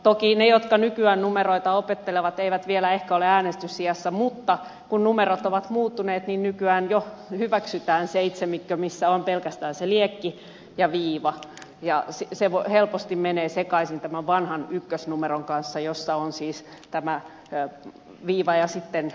toki ne jotka nykyään numeroita opettelevat eivät vielä ehkä ole äänestysiässä mutta kun numerot ovat muuttuneet niin nykyään jo hyväksytään seitsikko missä on pelkästään se liekki ja viiva ja se helposti menee sekaisin tämän vanhan ykkösen kanssa jossa on siis viiva ja sitten pystyviiva